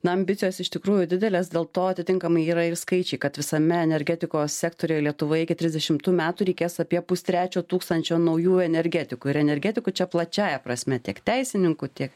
na ambicijos iš tikrųjų didelės dėl to atitinkamai yra ir skaičiai kad visame energetikos sektoriuje lietuvoje iki trisdešimtų metų reikės apie pustrečio tūkstančio naujų energetikų ir energetikų čia plačiąja prasme tiek teisininkų tiek